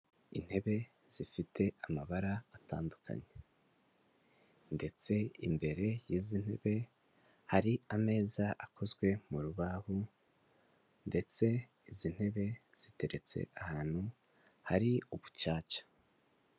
Intebe zifite amabara atandukanye, ndetse imbere y'izi ntebe hari ameza akozwe mu rubaho, ndetse izi ntebe ziteretse ahantu hari ubucaca.